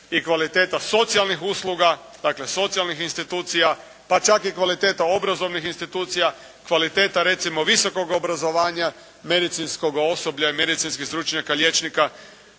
i kvaliteta socijalnih usluga, dakle socijalnih institucija, pa čak i kvaliteta obrazovnih institucija, kvaliteta recimo visokog obrazovanja, medicinskoga osoblja i medicinskih stručnjaka, liječnika.